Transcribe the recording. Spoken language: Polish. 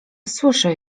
słyszę